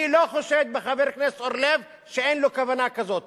אני לא חושד בחבר הכנסת אורלב שאין לו כוונה כזאת,